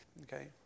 Okay